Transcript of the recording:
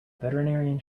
veterinarian